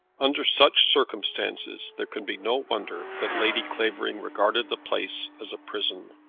under such circumstances there can be no wonder that lady clavering regarded the place as a prison.